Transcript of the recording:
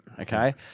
Okay